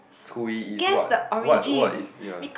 cui is what what what is ya